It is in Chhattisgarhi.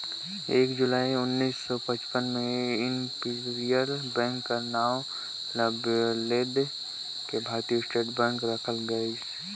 एक जुलाई उन्नीस सौ पचपन में इम्पीरियल बेंक कर नांव ल बलेद के भारतीय स्टेट बेंक रखल गइस